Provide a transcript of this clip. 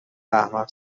احمق